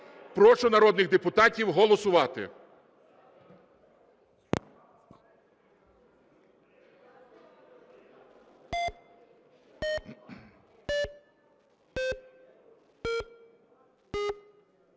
Прошу народних депутатів голосувати.